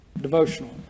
devotional